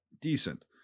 decent